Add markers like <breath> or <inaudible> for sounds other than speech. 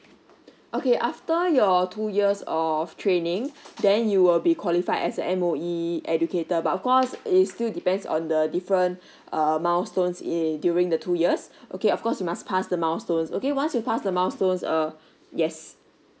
okay after your two years of training then you will be qualified as a M_O_E educator but of course it's still depends on the different <breath> err milestones i~ during the two years okay of course you must passed the milestones okay once you pass the milestones uh yes